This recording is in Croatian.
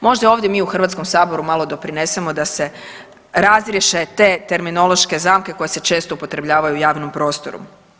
Možda ovdje mi u Hrvatskom saboru malo doprinesemo da se razriješe te terminološke zamke koje se često upotrebljavaju u javnom prostoru.